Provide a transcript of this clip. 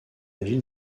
ville